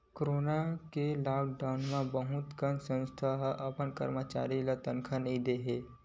corona के lockdown म बहुत कन संस्था मन अपन करमचारी ल तनखा नइ दे हे